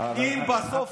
אם בסוף,